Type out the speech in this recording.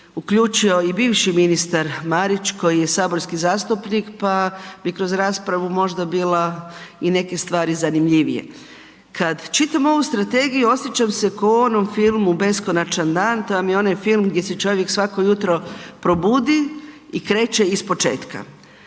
uključio i bivši ministar Marić koji je saborski zastupnik pa bi kroz raspravu bila i neke stvari zanimljivije. Kad čitam ovu strategiju osjećam se kao u onom filmu beskonačan dan, to vam je onaj film gdje se čovjek svako jutro probudi i kreće ispočetka.